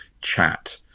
chat